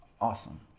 awesome